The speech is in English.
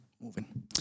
moving